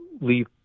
leave